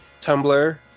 Tumblr